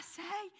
say